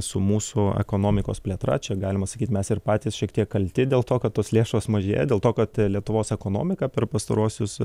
su mūsų ekonomikos plėtra čia galima sakyt mes ir patys šiek tiek kalti dėl to kad tos lėšos mažėja dėl to kad lietuvos ekonomika per pastaruosius